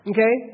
Okay